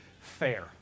fair